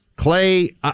Clay